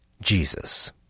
Jesus